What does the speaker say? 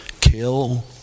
Kill